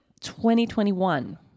2021